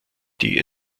die